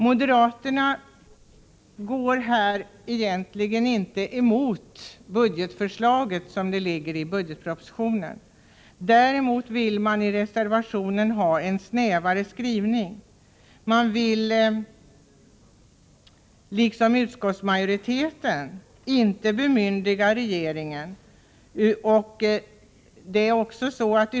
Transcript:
Moderaterna går här egentligen inte emot budgetförslaget som det ligger i budgetpropositionen. Däremot vill reservanterna ha en snävare skrivning. Man vill, liksom utskottsmajoriteten, inte ge regeringen bemyndigande.